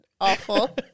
awful